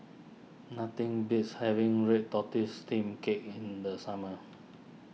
nothing beats having Red Tortoise Steamed Cake in the summer